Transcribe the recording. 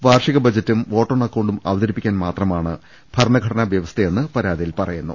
വാർഷിക ബജറ്റും vote on അക്കൌണ്ടും അവതരിപ്പിക്കാൻ മാത്രമാണ് ഭര ണഘടനാ വ്യവസ്ഥയെന്ന് പരാതിയിൽ പറയുന്നു